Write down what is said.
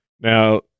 Now